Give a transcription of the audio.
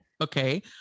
Okay